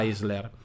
Isler